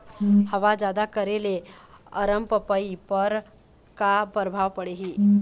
हवा जादा करे ले अरमपपई पर का परभाव पड़िही?